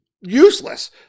useless